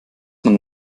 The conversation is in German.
man